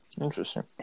interesting